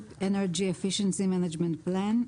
Ship energy efficiency management plan)